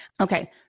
Okay